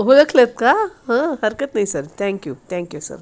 हो ओळखलंत का हं हरकत नाही सर थँक्यू थँक्यू सर